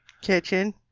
Kitchen